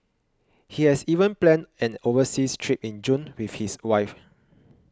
he has even planned an overseas trip in June with his wife